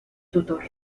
tutor